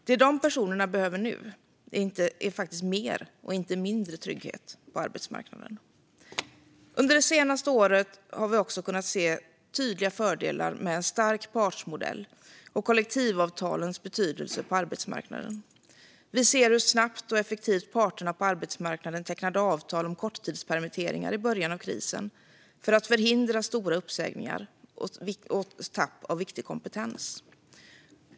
Vad de personerna behöver nu är faktiskt mer trygghet på arbetsmarknaden, inte mindre. Under det senaste året har vi också kunnat se tydliga fördelar med en stark partsmodell och kollektivavtalens betydelse på arbetsmarknaden. Vi ser hur snabbt och effektivt parterna på arbetsmarknaden tecknade avtal om korttidspermitteringar i början av krisen för att förhindra stora uppsägningar och tapp av viktig kompetens.